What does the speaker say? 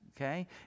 Okay